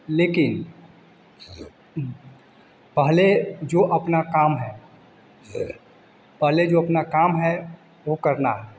लेकिन पहले जो अपना काम है पहले जो अपना काम है वो करना है